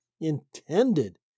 intended